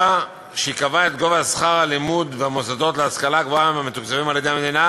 שקבעה את גובה שכר הלימוד במוסדות להשכלה גבוהה המתוקצבים על-ידי המדינה